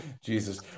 Jesus